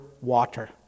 water